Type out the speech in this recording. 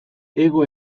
hego